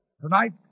Tonight